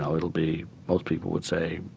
so it will be, most people would say,